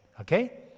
okay